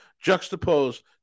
juxtaposed